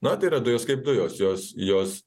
na tai yra dujos kaip dujos jos jos